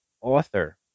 author